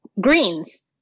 greens